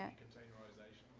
containerization?